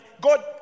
God